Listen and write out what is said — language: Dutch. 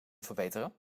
verbeteren